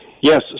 Yes